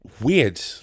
weird